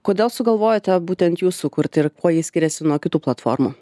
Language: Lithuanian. kodėl sugalvojote būtent jūs sukurti ir kuo ji skiriasi nuo kitų platformų